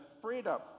freedom